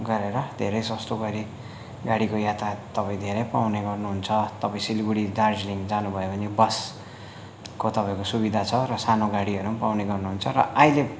गरेर धेरै सस्तो गरी गाडीको यातायात तपाईँ धेरै पाउनु गर्ने हुन्छ तपाईँ सिलगढी दार्जिलिङ जानु भयो भने बसको तपाईँको सुविधा छ र सानो गाडीहरू पनि पाउनु गर्ने हुन्छ र अहिले